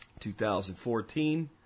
2014